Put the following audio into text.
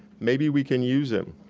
maybe we can use him.